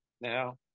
Now